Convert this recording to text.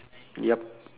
yup